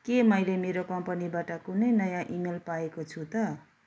के मैले मेरो कम्पनीबाट कुनै नयाँ इमेल पाएको छु त